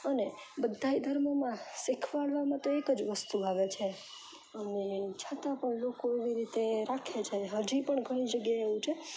અને બધાય ધર્મોમાં શિખવાડવામાં તો એક જ વસ્તુ આવે છે આને લઈને છતા પણ લોકો એવી રીતે રાખે છે હજી પણ ઘણી જગ્યાએ એવું છે